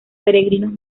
peregrinos